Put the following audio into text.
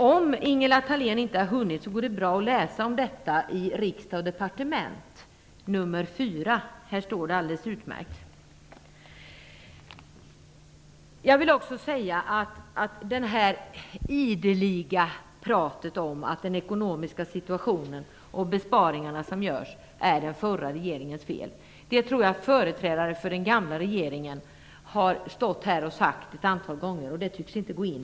Om Ingela Thalén inte hunnit ta del av detta, går det bra att läsa i Från Riksdag & Departement nr 4 i år. Där står det alldeles utmärkt om detta. Det ideliga pratet om att den ekonomiska situationen och besparingarna är den förra regeringens fel har företrädare för den gamla regeringen ett antal gånger bemött, men det tycks inte gå in.